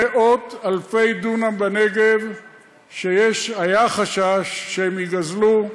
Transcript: מאות-אלפי דונם בנגב שהיה חשש שהם ייגזלו,